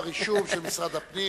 יש כבר אישור של משרד הפנים.